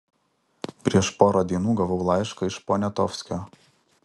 prieš porą dienų gavau laišką iš poniatovskio